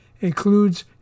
includes